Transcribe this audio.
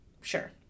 sure